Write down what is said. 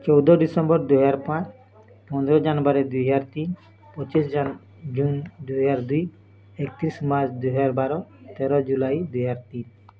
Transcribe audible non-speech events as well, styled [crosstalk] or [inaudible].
ଚଉଦ ଡିସେମ୍ବର ଦୁଇ ହଜାର ପାଞ୍ଚ ପନ୍ଦର ଜାନୁଆରୀ ଦୁଇ ହଜାର ତିନି ପଚିଶି [unintelligible] ଜୁନ୍ ଦୁଇ ହଜାର ଦୁଇ ଏକତିରିଶି ମାର୍ଚ୍ଚ ଦୁଇ ହଜାର ବାର ତେର ଜୁଲାଇ ଦୁଇ ହଜାର ତିନି